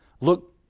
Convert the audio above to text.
Look